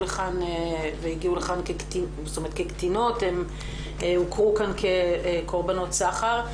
לכאן והגיעו לכאן כקטינות והן הוכרו כאן כקורבנות סחר.